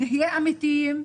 נהיה אמיתיים,